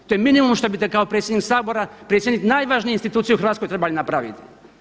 To je minimum što bite kao predsjednik Sabora, predsjednik najvažnije institucije u Hrvatskoj trebali napraviti.